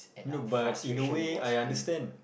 no but in a way I understand